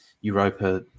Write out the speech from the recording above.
europa